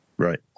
Right